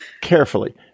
carefully